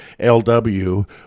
LW